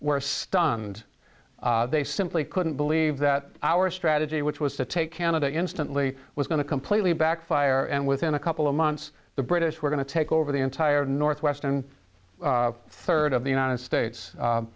were stunned they simply couldn't believe that our strategy which was to take canada instantly was going to completely backfire and within a couple of months the british were going to take over the entire northwestern third of the united states